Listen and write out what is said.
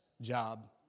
job